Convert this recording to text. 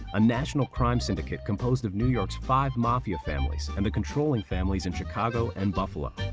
a national crime syndicate composed of new york's five mafia families and the controlling families in chicago and buffalo.